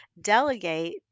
delegate